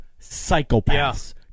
psychopaths